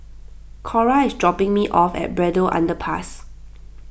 Cora is dropping me off at Braddell Underpass